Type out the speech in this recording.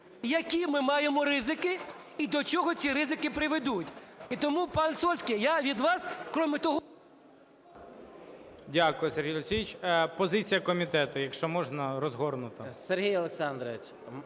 які ми маємо ризики і до чого ці ризики приведуть. І тому, пан Сольський, я від вас крім того… ГОЛОВУЮЧИЙ. Дякую, Сергій Олексійович. Позиція комітету, якщо можна, розгорнуто. 12:01:19